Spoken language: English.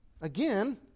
again